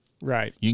Right